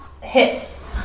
hits